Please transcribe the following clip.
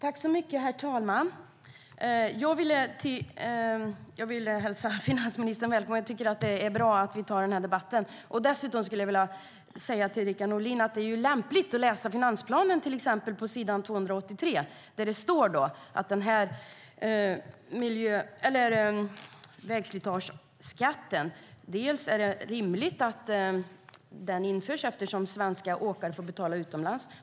Herr talman! Jag vill hälsa finansministern välkommen. Jag tycker att det är bra att vi har den här debatten. Dessutom skulle jag vilja säga till Rickard Nordin att det är lämpligt att läsa finansplanen, till exempel på s. 283. Där står det att det är rimligt att vägslitageskatten införs eftersom svenska åkare får betala utomlands.